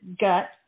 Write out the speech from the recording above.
gut